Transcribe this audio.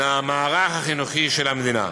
מהמערך החינוכי של המדינה.